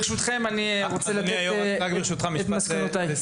ברשותך רק משפט לסיום.